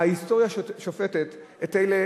ההיסטוריה שופטת את אלה